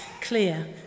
clear